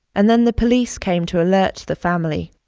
and then the police came to alert the family.